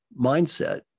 mindset